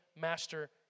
master